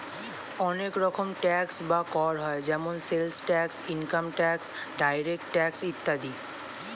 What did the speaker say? অনেক রকম ট্যাক্স বা কর হয় যেমন sales tax, income tax, direct tax ইত্যাদি